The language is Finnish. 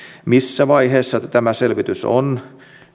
missä vaiheessa tämä selvitys on